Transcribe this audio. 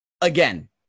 again